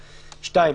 יימחקו.